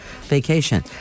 vacation